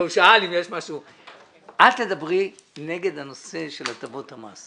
אל תדברי נגד הנושא של הטבות המס.